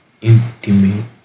intimate